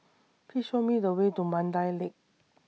Please Show Me The Way to Mandai Lake